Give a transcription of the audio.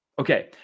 Okay